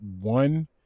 one